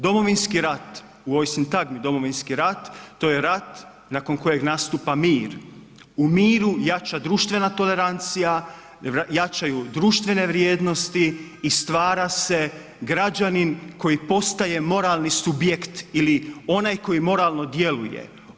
Domovinski rat u ovoj sintagmi Domovinski rat, to je rat nakon kojeg nastupa mir, u miru jača društvena tolerancija, jačaju društvene vrijednosti i stvara se građanin koji postaje moralni subjekt ili onaj koji moralno djeluje.